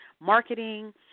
marketing